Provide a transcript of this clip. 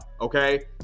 okay